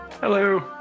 Hello